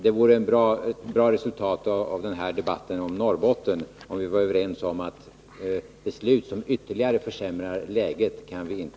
Det vore ett bra resultat av den här debatten om Norrbotten, om vi blev överens om att vi inte skall fatta beslut som ytterligare försämrar läget.